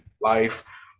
life